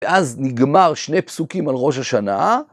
ואז נגמר שני פסוקים על ראש השנה.